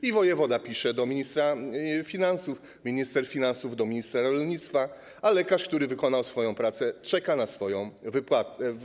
I wojewoda pisze do ministra finansów, minister finansów do ministra rolnictwa, a lekarz, który wykonał pracę, czeka na swoją wypłatę.